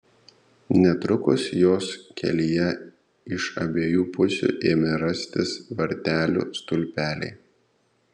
netrukus jos kelyje iš abiejų pusių ėmė rastis vartelių stulpeliai